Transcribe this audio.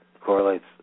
correlates